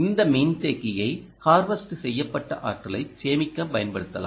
இந்த மின்தேக்கியை ஹார்வெஸ்ட் செய்யப்பட்ட ஆற்றலைச் சேமிக்க பயன்படுத்தலாம்